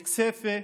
בכסיפה,